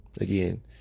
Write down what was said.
Again